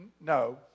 no